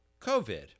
COVID